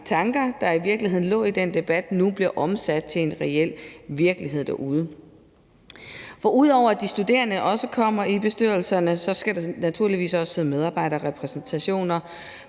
tanker, der i virkeligheden lød i den debat, nu bliver omsat til virkelighed derude. For ud over at de studerende også kommer i bestyrelserne, skal der naturligvis også være medarbejdere repræsenteret